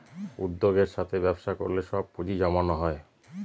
উদ্যোগের সাথে ব্যবসা করলে সব পুজিঁ জমানো হয়